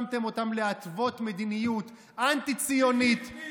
שמתם אותם להתוות מדיניות אנטי-ציונית,